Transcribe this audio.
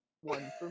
one